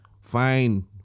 Fine